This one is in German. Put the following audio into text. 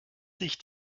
sich